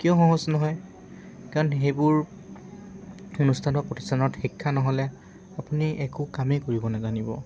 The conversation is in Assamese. কিয় সহজ নহয় কাৰণ সেইবোৰ অনুষ্ঠান বা প্ৰতিষ্ঠানত শিক্ষা নহ'লে আপুনি একো কামেই কৰিব নাজানিব